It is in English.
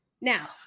Now